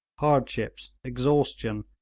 hardships, exhaustion,